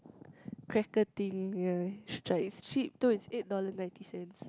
cracker tin guy like it's cheap though it's eight dollars ninety cents